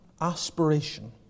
aspiration